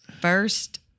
first